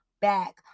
back